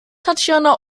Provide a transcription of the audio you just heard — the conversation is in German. tatjana